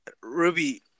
Ruby